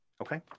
okay